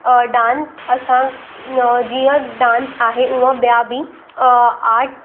dance असां जीअं dance आहे उहा ॿिया बि आट